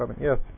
yes